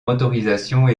motorisations